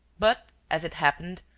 but, as it happened,